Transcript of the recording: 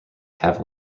have